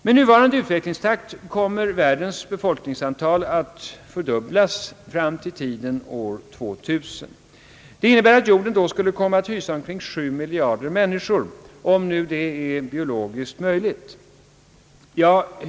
Med nuvarande utvecklingstakt kommer världens befolkningsantal att fördubblas fram till år 2000. Det innebär att jorden då skulle komma att hysa omkring 7 miljarder människor, om nu detta är biologiskt möjligt.